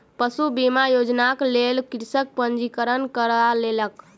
पशु बीमा योजनाक लेल कृषक पंजीकरण करा लेलक